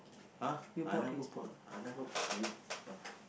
!huh! I never bought I never bought eh